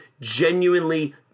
genuinely